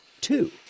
two